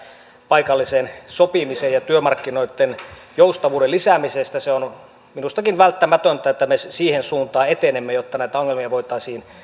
paikallisen sopimisen ja työmarkkinoitten joustavuuden lisäämisestä se on minustakin välttämätöntä että me siihen suuntaan etenemme jotta näitä ongelmia voitaisiin